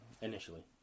Initially